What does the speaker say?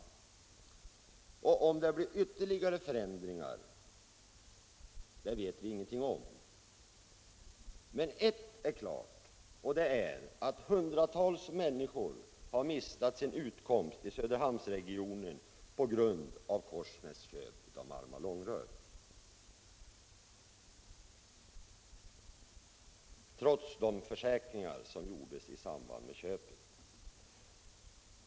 Om det 147 blir ytterligare förändringar vet vi ingenting om, men ett är klart, och det är att hundratals människor har mist sin utkomst i Söderhamnsregionen på grund av Korsnäs köp av Marma-Långrör, trots de försäkringar som gjordes i samband med köpet.